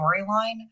storyline